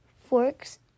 forks